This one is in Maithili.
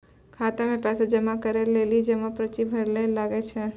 खाता मे पैसा जमा करै लेली जमा पर्ची भरैल लागै छै